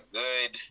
good